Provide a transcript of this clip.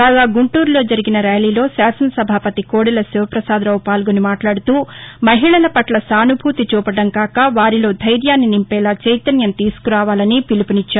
కాగా గుంటూరులో జరిగిన ర్యాలీలో శాసనసభాపతి కోడెల శివప్రసాద్రావు పాల్గొని మాట్లాడుతూ మహిళల పట్ల సానుభూతి చూపడం కాక వారిలో దైర్యాన్ని నింపేలా చైతన్యం తీసుకురావాలని పిలుపునిచ్చారు